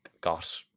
got